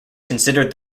considered